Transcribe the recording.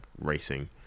racing